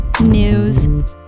news